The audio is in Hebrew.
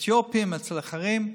אתיופים, אצל אחרים,